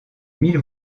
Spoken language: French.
mille